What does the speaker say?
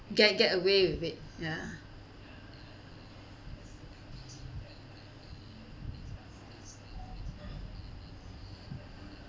get get away with it ya